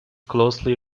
closely